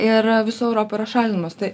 ir visoj europoj yra šalinimas tai